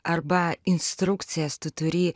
arba instrukcijas tu turi